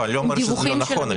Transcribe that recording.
אני לא אומר שזה לא נכון.